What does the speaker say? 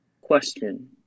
question